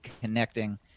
connecting